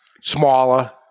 Smaller